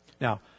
Now